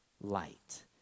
light